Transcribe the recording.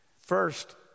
First